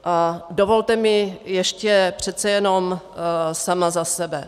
A dovolte mi ještě přece jenom sama za sebe.